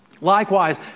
Likewise